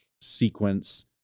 sequence